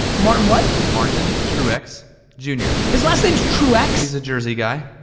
martin what? martin truex jr. his last name's truex? he's a jersey guy.